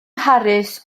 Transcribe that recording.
mharis